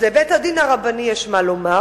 לבית-הדין הרבני יש מה לומר,